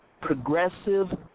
progressive